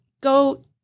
go